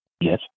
Yes